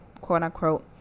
quote-unquote